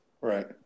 Right